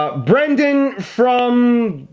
ah brendan from